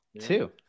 two